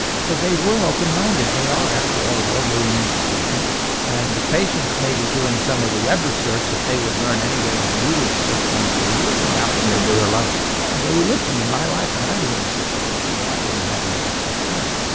so they were open minded, they are after all a world leading institution and the patients may be doing some of the web research that they would learn anyway in the meeting six months or a year from now. and it was your life. yeah, and they were listening, and my life and i was in a situation where i didn't have any extra time.